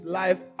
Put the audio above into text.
life